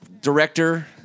director